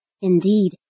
indeed